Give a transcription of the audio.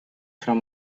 from